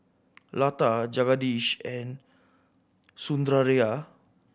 Lata Jagadish and Sundaraiah